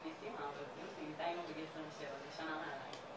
הנוסח שמונח לפניכם זה הנוסח להצבעות על הסתייגויות.